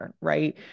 right